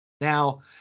Now